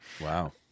Wow